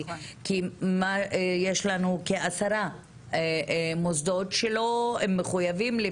יש לנו עשרה מוסדות שמחויבים,